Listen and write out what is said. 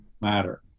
matter